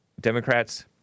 Democrats